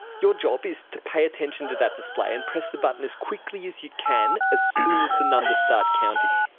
your job is to pay attention to that display and press the button as quickly as you can as soon as the numbers start counting.